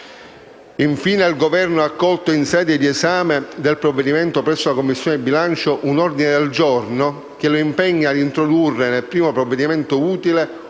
Infine, il Governo ha accolto in sede di esame del provvedimento presso la Commissione bilancio un ordine del giorno che lo impegna ad introdurre, nel primo provvedimento utile,